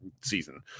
season